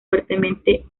fuertemente